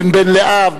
בין בן לאב,